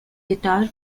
guitar